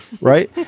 Right